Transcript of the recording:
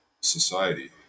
society